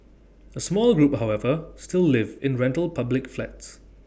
A small group however still live in rental public flats